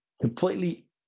completely